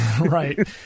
Right